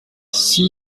six